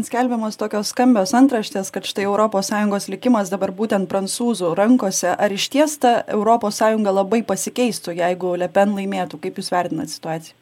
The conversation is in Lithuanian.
skelbiamos tokios skambios antraštės kad štai europos sąjungos likimas dabar būtent prancūzų rankose ar išties ta europos sąjunga labai pasikeistų jeigu le pen laimėtų kaip jūs vertinat situaciją